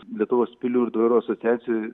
lietuvos pilių ir dvarų asociacijų